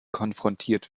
konfrontiert